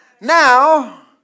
Now